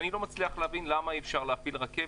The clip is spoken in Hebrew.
אני לא מצליח להבין למה אי אפשר להפעיל רכבת,